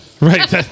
Right